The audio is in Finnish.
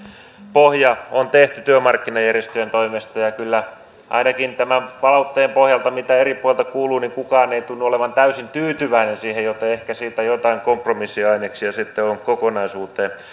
pohja on tehty työmarkkinajärjestöjen toimesta ja ja kyllä ainakaan tämän palautteen pohjalta mitä eri puolilta kuuluu kukaan ei tunnu olevan täysin tyytyväinen siihen joten ehkä siitä joitain kompromissiaineksia sitten on kokonaisuuteen